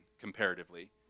comparatively